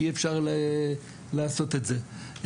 כי אי אפשר לעשות את זה.